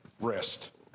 Rest